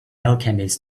alchemist